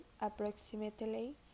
approximately